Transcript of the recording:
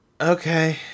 Okay